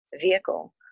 vehicle